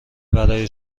برای